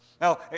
Now